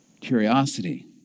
Curiosity